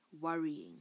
worrying